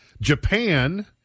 Japan